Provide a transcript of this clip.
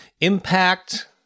impact